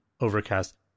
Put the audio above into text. Overcast